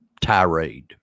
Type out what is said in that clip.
tirade